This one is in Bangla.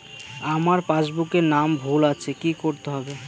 আমার পাসবুকে নাম ভুল আছে কি করতে হবে?